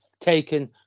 taken